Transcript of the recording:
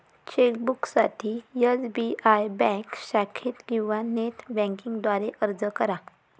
चेकबुकसाठी SBI bank शाखेत किंवा नेट बँकिंग द्वारे अर्ज करा